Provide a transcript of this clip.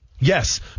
Yes